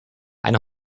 eine